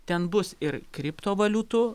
ten bus ir kriptovaliutų